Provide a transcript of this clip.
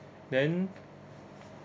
then